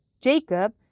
Jacob